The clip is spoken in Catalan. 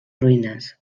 ruïnes